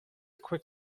quick